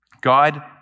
God